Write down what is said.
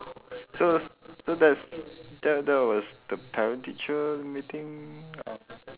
so so that's that that was the parent teacher meeting or